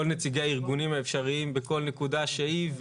נציגי הארגונים האפשריים בכל נקודה שהיא.